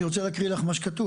אני רוצה להקריא לך את מה שכתוב.